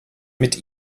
mit